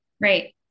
Right